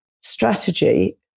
strategy